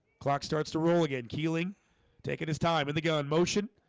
clock starts to roll again keeling taking his time and they go in motion.